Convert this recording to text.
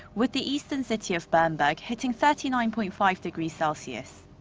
with the eastern city of bernberg hitting thirty nine point five degrees celsius.